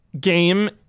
game